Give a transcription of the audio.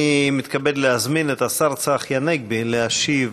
אני מתכבד להזמין את השר צחי הנגבי להשיב